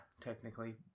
technically